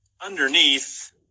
underneath